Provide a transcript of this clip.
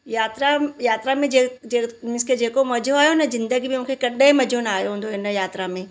यात्रा यात्रा में जे जे मीन्स के जेको मजो आयो न जिंदगी में मूंखे कॾहिं बि मजो ना आयो हूंदो हिन यात्रा में